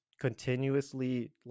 continuously